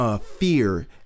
fear